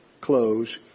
close